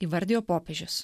įvardijo popiežius